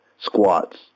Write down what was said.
Squats